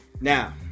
Now